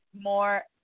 more –